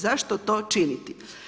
Zašto to činiti?